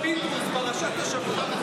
אנחנו נתחיל, פינדרוס, בוא, פרשת השבוע.